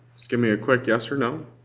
give me a quick yes or no.